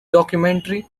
documentary